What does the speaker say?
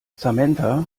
samantha